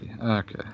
Okay